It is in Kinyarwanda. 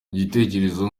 igitekerezo